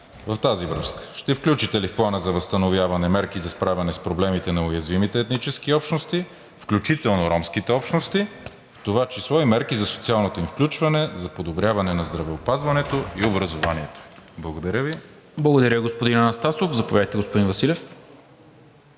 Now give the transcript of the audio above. в тази връзка: ще включите ли в Плана за възстановяване мерки за справяне с проблемите на уязвимите етнически общности, включително ромските общности, в това число и мерки за социалното им включване за подобряване на здравеопазването и образованието? Благодаря Ви. ПРЕДСЕДАТЕЛ НИКОЛА МИНЧЕВ: Благодаря Ви, господин Анастасов. Заповядайте, господин Василев.